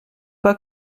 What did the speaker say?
pas